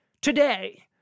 Today